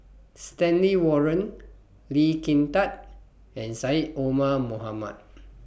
Stanley Warren Lee Kin Tat and Syed Omar Mohamed